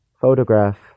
Photograph